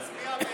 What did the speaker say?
אז תצביע בעד,